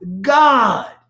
God